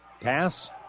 Pass